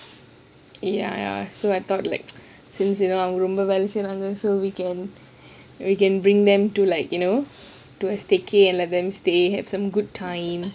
ya ya so I thought like since you know ரொம்ப வெள செய்றாங்க:romba wela seiraanga we can bring them to like you know to a staycay and let them stay have some good time